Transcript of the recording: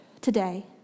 today